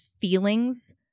feelings